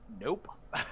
Nope